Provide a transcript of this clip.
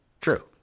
True